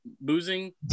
boozing